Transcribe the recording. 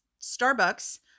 Starbucks